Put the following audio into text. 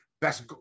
best